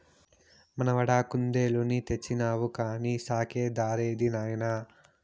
మనవడా కుందేలుని తెచ్చినావు కానీ సాకే దారేది నాయనా